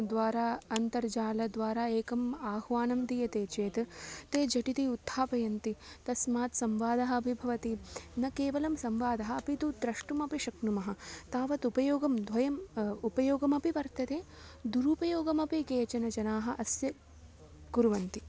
द्वारा अन्तर्जालद्वारा एकम् आह्वानं दीयते चेत् ते झटिति उत्थापयन्ति तस्मात् संवादः अपि भवति न केवलं संवादः अपि तु द्रष्टुमपि शक्नुमः तावदुपयोगं द्वयम् उपयोगः अपि वर्तते दुरुपयोगः अपि केचनजनाः अस्य कुर्वन्ति